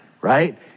right